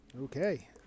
okay